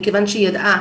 מכיוון שהיא ידעה,